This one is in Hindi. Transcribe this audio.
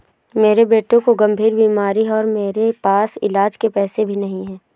मेरे बेटे को गंभीर बीमारी है और मेरे पास इलाज के पैसे भी नहीं